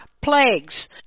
plagues